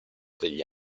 degli